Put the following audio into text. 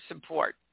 support